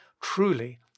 truly